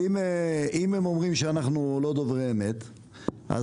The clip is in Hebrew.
אם הם אומרים שאנחנו לא דוברי אמת אז